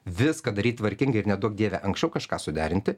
viską daryt tvarkingai dieve kažką suderinti